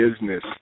business